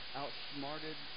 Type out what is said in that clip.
outsmarted